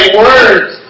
words